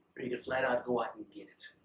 or you can flat out go out and get it.